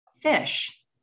Fish